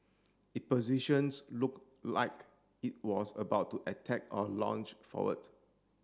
it positions look like it was about to attack or lunge forward